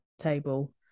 table